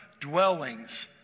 dwellings